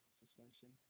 suspension